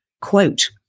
quote